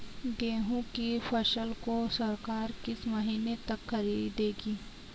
गेहूँ की फसल को सरकार किस महीने तक खरीदेगी?